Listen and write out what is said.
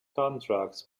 contacts